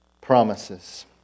promises